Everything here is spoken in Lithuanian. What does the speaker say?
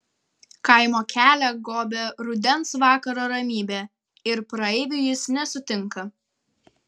kaimo kelią gobia rudens vakaro ramybė ir praeivių jis nesutinka